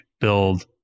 build